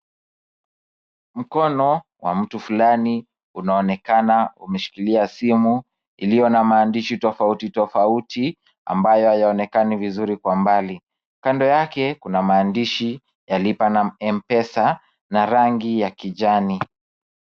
Mkono wa mtu fulani unaonekana umeshikilia simu iliyo na maandishi tofauti tofauti ambayo hayaonekani vizuri kwa mbali. Kando yake kuna maandishi ya Lipa na M-Pesa na rangi ya kijani.